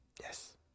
Yes